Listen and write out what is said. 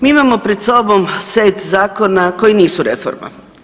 Mi imamo pred sobom set zakona koji nisu reforma.